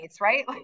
right